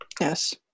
Yes